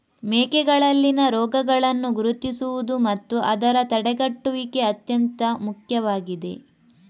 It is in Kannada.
ಮೇಕೆಗಳಲ್ಲಿನ ರೋಗಗಳನ್ನು ಗುರುತಿಸುವುದು ಮತ್ತು ಅದರ ತಡೆಗಟ್ಟುವಿಕೆ ಅತ್ಯಂತ ಮುಖ್ಯವಾಗಿದೆ